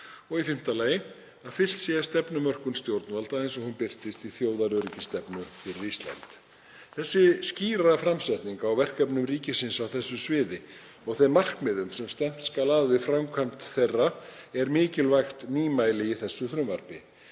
hverjum tíma. e. Fylgt sé stefnumörkun stjórnvalda eins og hún birtist í þjóðaröryggisstefnu fyrir Ísland. Þessi skýra framsetning á verkefnum ríkisins á þessu sviði og þeim markmiðum sem stefnt skal að við framkvæmd þeirra er mikilvægt nýmæli í þessu frumvarpi.